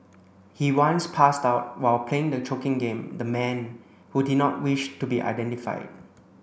he once passed out while playing the choking game the man who did not wish to be identified